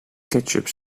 ketchup